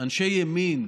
אנשי ימין,